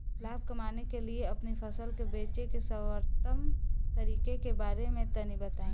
लाभ कमाने के लिए अपनी फसल के बेचे के सर्वोत्तम तरीके के बारे में तनी बताई?